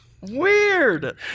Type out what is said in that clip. Weird